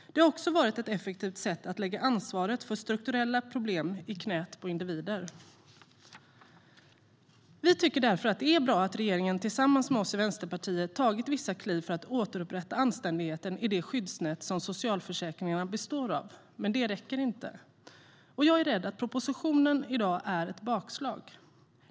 Det har också varit ett effektivt sätt att lägga ansvaret för strukturella problem i knät på individer. Vi tycker därför att det är bra att regeringen tillsammans med oss i Vänsterpartiet har tagit vissa kliv för att återupprätta anständigheten i det skyddsnät som socialförsäkringarna består av. Men det räcker inte. Jag är rädd att propositionen i dag är ett bakslag.